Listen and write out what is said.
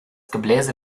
gebläse